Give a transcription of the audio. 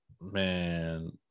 Man